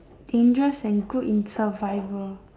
dangerous and good in survival